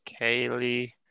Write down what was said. Kaylee